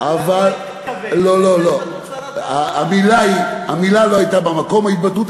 אולי הוא לא התכוון, אבל זו הייתה התבטאות